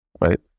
right